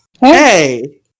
Hey